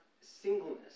singleness